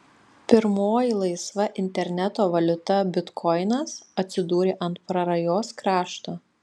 pirmoji laisva interneto valiuta bitkoinas atsidūrė ant prarajos krašto